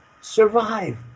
survive